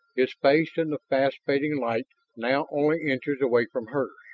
his face in the fast-fading light now only inches away from hers.